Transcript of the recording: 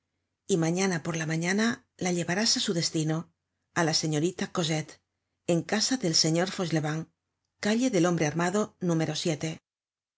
y mañana por la mañana la llevarás á su destino á la señorita cosette en casa del señor fauchelevent calle del hombre armado número